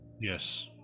Yes